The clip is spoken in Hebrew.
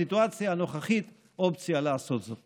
בסיטואציה הנוכחית, אופציה לעשות זאת.